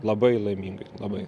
labai laimingai labai